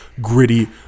gritty